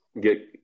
get